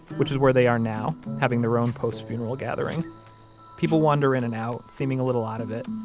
which is where they are now, having their own post-funeral gathering people wander in and out, seeming a little out of it,